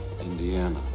Indiana